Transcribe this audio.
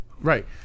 Right